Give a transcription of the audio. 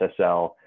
SSL